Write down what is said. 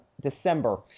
December